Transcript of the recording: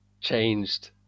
changed